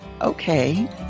okay